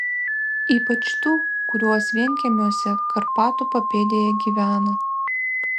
ypač tų kurios vienkiemiuose karpatų papėdėje gyvena